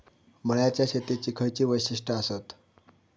मळ्याच्या शेतीची खयची वैशिष्ठ आसत?